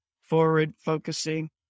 forward-focusing